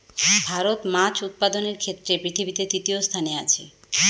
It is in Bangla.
ভারত মাছ উৎপাদনের ক্ষেত্রে পৃথিবীতে তৃতীয় স্থানে আছে